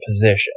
position